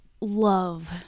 love